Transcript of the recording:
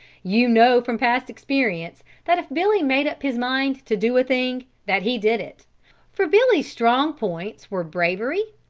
you know from past experience that if billy made up his mind to do a thing, that he did it for billy's strong points were bravery,